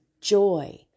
joy